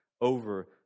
over